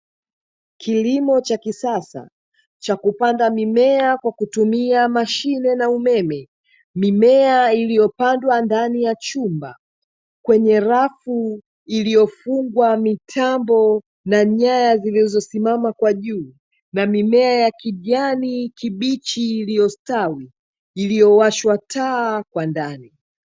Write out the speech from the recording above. Kilimo cha kisasa cha kupanda mimea kwa kutumia mashine na umeme, mimea iliyo pandwa ndani ya chumba kwenye rafu iliyofungwa mitambo na nyaya zilizo simama kwa juu na mimea ya kijani kibichi iliyostawi, iliyo washwa taa kwandani.